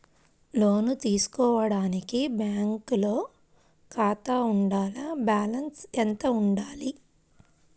లోను తీసుకోవడానికి బ్యాంకులో ఖాతా ఉండాల? బాలన్స్ ఎంత వుండాలి?